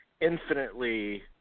infinitely